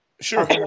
Sure